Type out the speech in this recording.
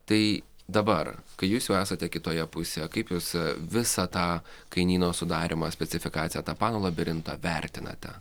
tai dabar kai jūs jau esate kitoje pusėje kaip jūs visą tą kainyno sudarymą specifikaciją tą pano labirintą vertinate